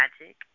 magic